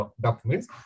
documents